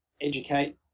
educate